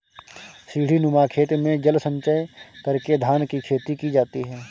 सीढ़ीनुमा खेत में जल संचय करके धान की खेती की जाती है